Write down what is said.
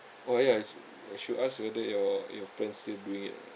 oh yes I should ask whether your your friend still doing it or not